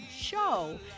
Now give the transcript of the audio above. show